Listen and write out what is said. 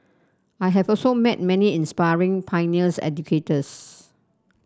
I have also met many inspiring pioneers educators